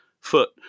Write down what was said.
foot